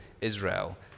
Israel